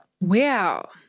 Wow